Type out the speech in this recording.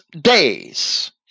days